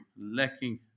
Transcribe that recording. lacking